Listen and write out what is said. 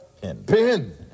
pin